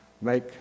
make